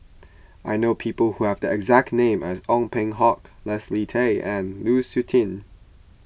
I know people who have the exact name as Ong Peng Hock Leslie Tay and Lu Suitin